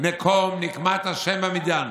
נקום נקמת ה' במדיין.